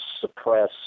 suppress